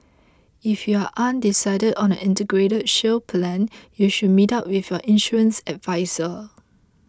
if you are undecided on an Integrated Shield Plan you should meet up with your insurance adviser